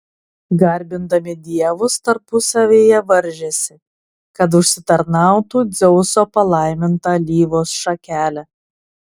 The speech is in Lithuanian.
garbindami dievus tarpusavyje varžėsi kad užsitarnautų dzeuso palaimintą alyvos šakelę